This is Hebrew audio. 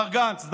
מר גנץ.